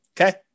Okay